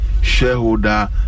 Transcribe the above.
shareholder